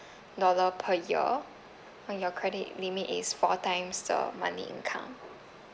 dollar per year then your credit limit is four times the monthly income